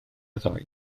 ddoe